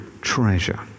treasure